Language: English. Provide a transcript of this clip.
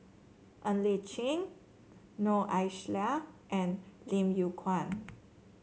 Ng Li Chin Noor Aishah and Lim Yew Kuan